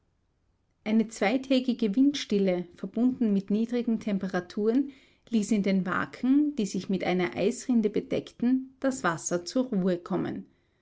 eine zweitägige windstille verbunden mit niedrigen temperaturen ließ in den waken die sich mit einer eisrinde bedeckten das wasser zur ruhe kommen